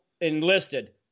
enlisted